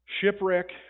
shipwreck